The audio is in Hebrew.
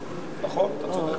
נכון, אתה צודק.